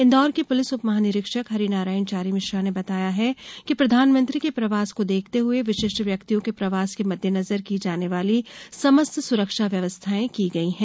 इन्दौर के पुलिस उप महानिरीक्षक हरिनारायण चारी मिश्रा ने बताया है कि प्रधानमंत्री के प्रवास को देखते हुए विशिष्ट व्यक्तियों के प्रवास के मद्देनजर की जाने वाली समस्त सुरक्षा व्यवस्थाएं की गई हैं